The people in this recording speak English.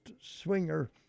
Swinger